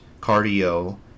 cardio